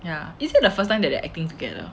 yeah isn't the first time that they acting together